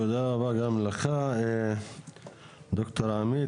תודה רבה גם לך ד"ר עמית.